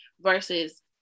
versus